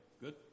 Good